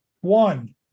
one